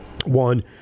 one